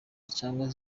cyangwa